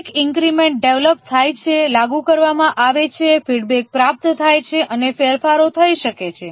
દરેક increment develop થાય છે લાગુ કરવામાં આવે છે ફીડબેક પ્રાપ્ત થાય છે અને ફેરફારો થઈ શકે છે